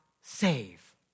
save